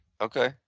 Okay